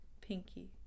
pinky